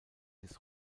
des